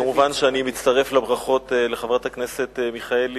מובן שאני מצטרף לברכות לחברת הכנסת מיכאלי